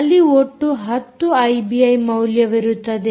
ಅಲ್ಲಿ ಒಟ್ಟು 10 ಐಬಿಐ ಮೌಲ್ಯವಿರುತ್ತದೆ